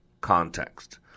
context